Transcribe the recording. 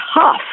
tough